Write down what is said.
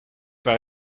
par